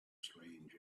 strange